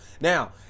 Now